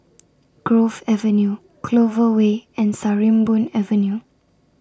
Grove Avenue Clover Way and Sarimbun Avenue